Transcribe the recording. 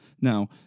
Now